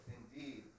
indeed